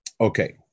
okay